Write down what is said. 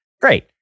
great